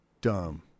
dumb